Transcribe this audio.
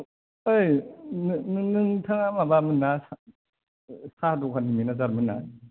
औ ओइ नं नोंथाङा माबा मोन ना साहा दखान होयो ना जारमोना